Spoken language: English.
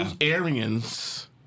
Aryans